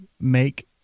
make